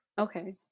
Okay